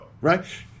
right